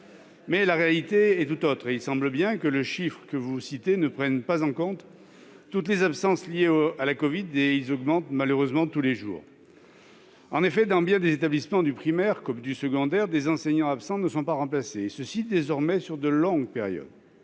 mais la réalité est tout autre. Il semble bien que le chiffre que vous citez ne prenne pas en compte toutes les absences liées à la covid, celles-ci augmentant malheureusement tous les jours. En effet, dans bien des établissements du primaire comme du secondaire, des enseignants absents ne sont pas remplacés, et cela désormais sur de longues périodes.